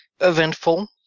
eventful